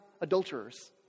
adulterers